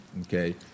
Okay